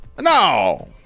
no